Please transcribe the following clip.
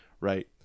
Right